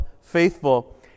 faithful